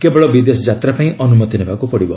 କେବଳ ବିଦେଶ ଯାତ୍ରା ପାଇଁ ଅନୁମତି ନେବାକୁ ପଡ଼ିବ